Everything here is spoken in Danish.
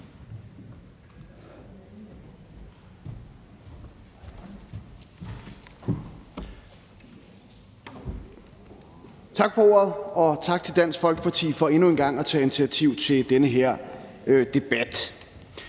Tak for ordet, og tak til Dansk Folkeparti for endnu en gang at tage initiativ til den her debat.